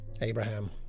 Abraham